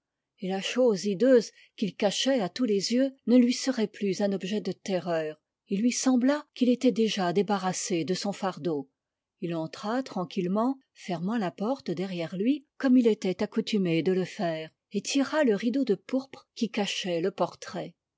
et la chose hideuse qu'il cachait à tous les yeux ne lui serait plus un objet de terreur il lui sembla qu'il était déjà débarrassé de son fardeau entra tranquillement fermant la porte derrière lui comme il avait accoutumé de le faire et tira le rideau de pourpre qui cachait le portrait